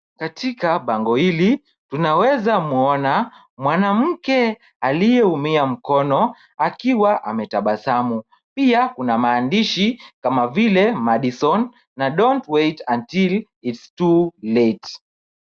Katika bango hili, tunaweza muona mwanamke aliyeumia mkono akiwa ametabasamu, pia kuna maandishi kama vile Madison na don't wait until It's too late